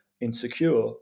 insecure